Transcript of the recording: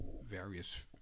various